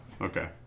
okay